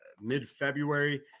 mid-February